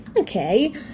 okay